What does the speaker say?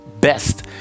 best